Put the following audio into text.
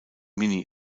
mini